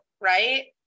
right